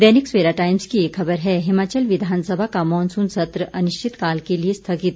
दैनिक Savera Times की एक खबर है हिमाचल विधानसभा का मानसून सत्र अनिश्चितकाल के लिए स्थगित